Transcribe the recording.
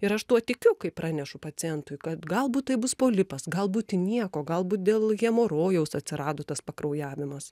ir aš tuo tikiu kai pranešu pacientui kad galbūt tai bus polipas gal būti nieko galbūt dėl hemorojaus atsirado tas pakraujavimas